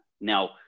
Now